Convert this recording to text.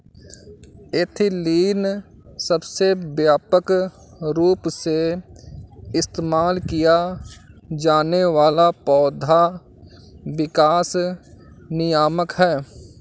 ethylene सबसे व्यापक रूप से इस्तेमाल किया जाने वाला पौधा विकास नियामक है